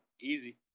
Easy